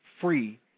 free